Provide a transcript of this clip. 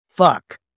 Fuck